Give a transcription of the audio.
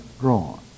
drawn